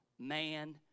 man